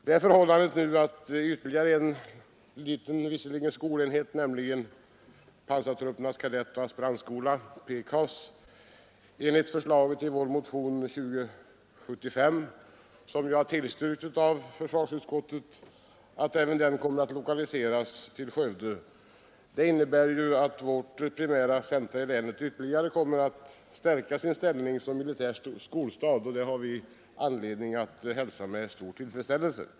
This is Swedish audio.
Det förhållandet att ytterligare en skolenhet, nämligen pansartruppernas kadettoch aspirantskola, PKAS, enligt förslaget i vår motion nr 2075, som tillstyrkts av försvarsutskottet, kommer att lokaliseras till Skövde innebär att vårt primära centrum i länet ytterligare kommer att stärka sin ställning som militär skolstad, och det har vi anledning att hälsa med stor tillfredsställelse.